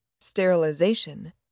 Sterilization